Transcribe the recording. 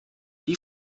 die